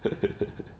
ppl2